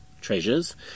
treasures